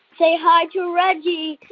say hi to ah reggie